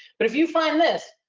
but if you find this,